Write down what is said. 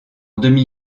demi